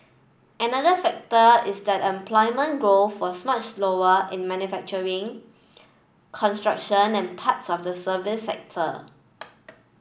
another factor is that employment growth was much slower in manufacturing construction and parts of the services sector